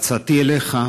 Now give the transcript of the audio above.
עצתי לך,